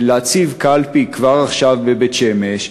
להציב כבר עכשיו קלפי בבית-שמש,